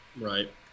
Right